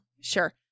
sure